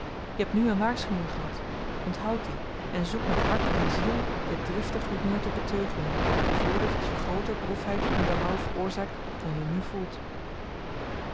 je hebt nu een waarschuwing gehad onthoud die en zoek met hart en ziel dit driftig humeur te beteugelen voordat het je grooter droefheid en berouw veroorzaakt dan je nu voelt